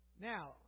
Now